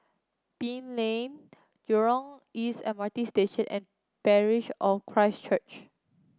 Pine Lane Jurong East M R T Station and Parish of Christ Church